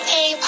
Hey